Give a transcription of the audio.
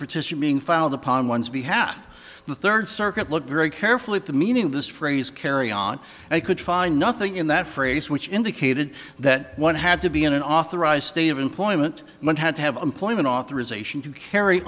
petition being filed upon one's behalf the third circuit looked very carefully at the meaning of this phrase carry on i could find nothing in that phrase which indicated that one had to be in an authorized state of employment and one had to have employment authorization to carry